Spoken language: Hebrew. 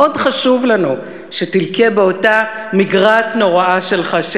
מאוד חשוב לנו שתלקה באותה מגרעת נוראה שלך,